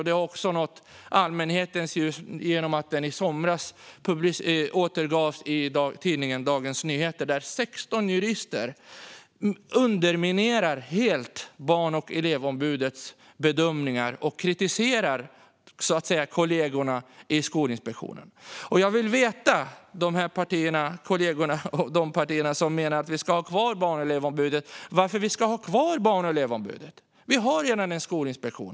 Den har också nått offentlighetens ljus genom att den i somras återgavs i tidningen Dagens Nyheter, där 16 jurister helt underminerar Barn och elevombudets bedömningar och så att säga kritiserar kollegorna i Skolinspektionen. Jag vill veta av de kollegor och partier som menar att vi ska ha kvar Barn och elevombudet varför vi ska ha kvar Barn och elevombudet. Vi har redan en skolinspektion.